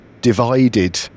divided